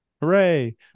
Hooray